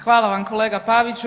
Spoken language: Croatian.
Hvala Vam kolega Paviću.